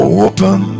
open